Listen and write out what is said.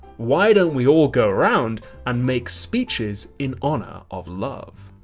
why don't we all go around and make speeches in honour of love?